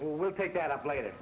will pick that up later